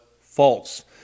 false